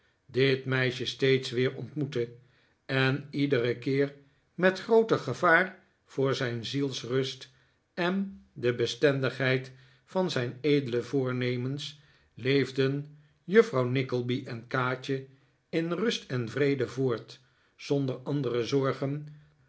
dit meisje steeds weer ontmoette en iederen keer met grooter gevaar voor zijn zielsrust en de bestendigheid van zijn edele voornemens leefden juffrouw nickleby en kaatje in rust en vrede voort zonder andere zorgen